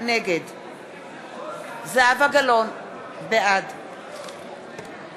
נגד זהבה גלאון, בעד